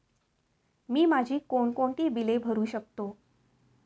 मी माझी कोणकोणती बिले भरू शकतो?